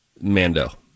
Mando